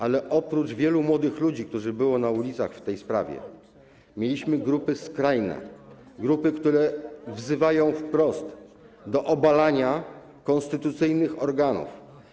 Ale oprócz wielu młodych ludzi, którzy byli na ulicach w tej sprawie, mieliśmy grupy skrajne, grupy, które wzywają wprost do obalania konstytucyjnych organów.